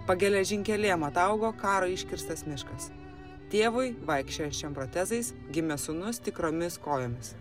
po geležinkelėm ataugo karo iškirstas miškas tėvui vaikščiojančiam protezais gimė sūnus tikromis kojomis